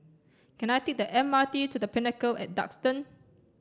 can I take the M R T to The Pinnacle and Duxton